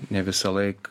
ne visąlaik